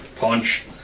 Punch